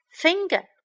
finger